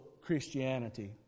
Christianity